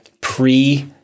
pre